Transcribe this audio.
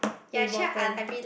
very important